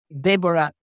Deborah